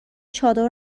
چادر